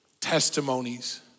testimonies